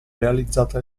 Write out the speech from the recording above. realizzate